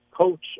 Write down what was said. coach